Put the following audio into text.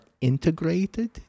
integrated